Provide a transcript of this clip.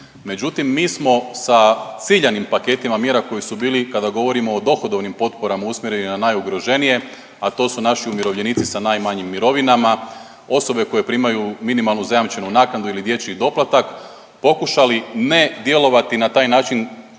Međutim, mi smo sa ciljam paketima mjera koji su bili kada govorimo o dohodovnim potporama usmjereni na najugroženije, a to su naši umirovljenici sa najmanjim mirovinama, osobe koje primaju minimalnu zajamčenu naknadu ili dječji doplatak pokušali ne djelovati na taj način